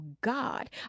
God